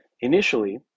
Initially